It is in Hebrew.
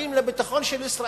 דואגים לביטחון של ישראל,